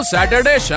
Saturday